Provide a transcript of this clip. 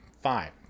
five